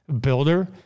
builder